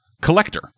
collector